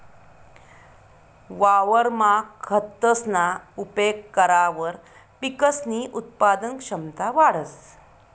वावरमा खतसना उपेग करावर पिकसनी उत्पादन क्षमता वाढंस